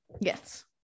Yes